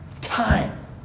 Time